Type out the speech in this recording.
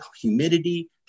humidity